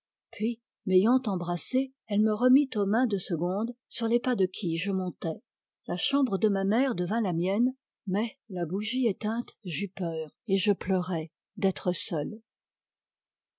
puis m'ayant embrassé elle me remit aux mains de se gonde sur les pas de qui je montais la chambre de ma mère devint la mienne mais la bougie éteinte j'eus peur et je pleurai d'être seul